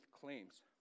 claims